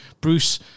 Bruce